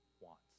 wants